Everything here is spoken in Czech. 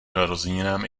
narozeninám